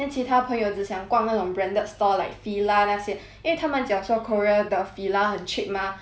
then 其他朋友只想逛那种 branded store like Fila 那些因为他们讲说 korea 的 Fila 很 cheap mah